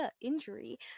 injury